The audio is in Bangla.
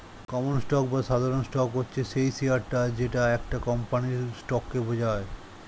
কমন স্টক বা সাধারণ স্টক হচ্ছে সেই শেয়ারটা যেটা একটা কোম্পানির স্টককে বোঝায়